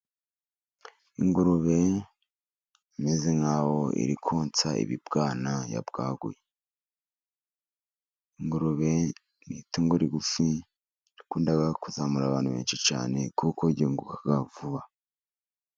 Ingurube imeze nkaho iri konsa ibibwana yabwaguye. Inguru ni itungo rigfi rikunda kuzamura abantu benshi cyane, kuko ryunguka vuba.